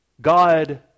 God